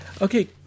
okay